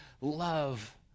love